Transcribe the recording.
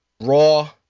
Raw